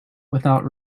without